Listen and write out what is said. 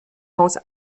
hause